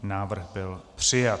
Návrh byl přijat.